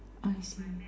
I see